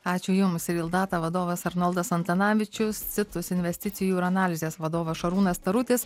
ačiū jums ir ildata vadovas arnoldas antanavičius citus investicijų ir analizės vadovas šarūnas tarutis